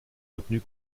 retenue